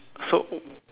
so